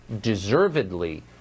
deservedly